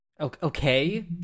okay